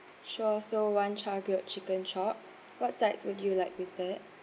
sure so one chargrilled chicken chop what sides would you like with that